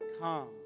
Come